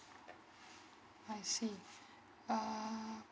I see uh